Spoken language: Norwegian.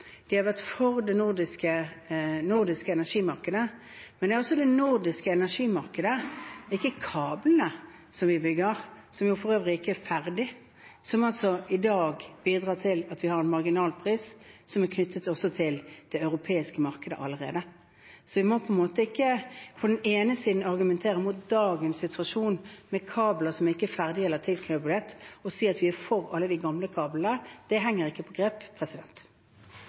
har vært for det nordiske energimarkedet. Men det er altså det nordiske energimarkedet, ikke kablene vi bygger – som for øvrig ikke er ferdige – som i dag bidrar til at vi har en marginalpris som allerede også er knyttet til det europeiske markedet. Man må ikke på den ene siden argumentere mot dagens situasjon med kabler som ikke er ferdige eller tilkoblet, og på den annen side si at man er for alle de gamle kablene. Det henger ikke på